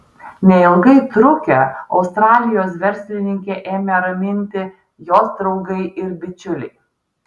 neilgai trukę australijos verslininkę ėmė raminti jos draugai ir bičiuliai